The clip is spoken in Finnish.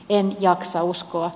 en jaksa uskoa